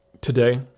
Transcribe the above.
today